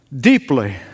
Deeply